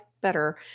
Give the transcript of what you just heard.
better